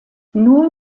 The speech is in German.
nur